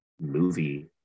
movie